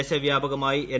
ദേശവ്യാപകമായി N